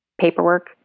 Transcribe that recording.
paperwork